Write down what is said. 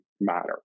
matter